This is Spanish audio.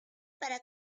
para